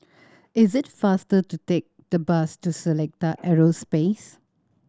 is it faster to take the bus to Seletar Aerospace